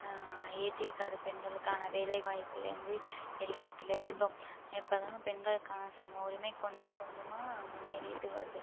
ஏற்றிருக்காரு பெண்களுக்கான வேலைவாய்ப்புலேருந்து எல்லாத்துலிருந்தும் இப்போதான் பெண்களுக்கான சம உரிமை கொஞ்சம் கொஞ்சமாக முன்னேறிகிட்டு வருது